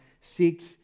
seeks